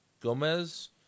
Gomez